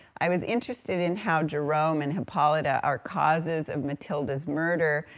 i was interested in how jerome and hippolita are causes of matilda's murder,